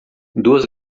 duas